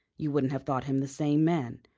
you wouldn't have thought him the same man.